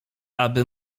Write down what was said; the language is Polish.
aby